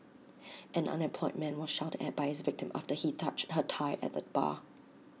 an unemployed man was shouted at by his victim after he touched her thigh at A bar